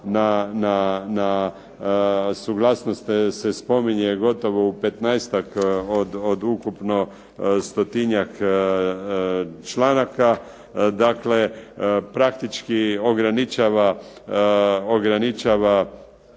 na, suglasnost se spominje gotovo u 15-ak od ukupno 100-tinjak članaka, dakle praktički ograničava